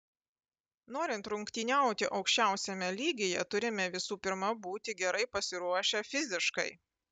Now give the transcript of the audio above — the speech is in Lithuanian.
norint rungtyniauti aukščiausiame lygyje turime visų pirma būti gerai pasiruošę fiziškai